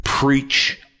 preach